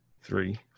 three